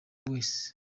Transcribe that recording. wese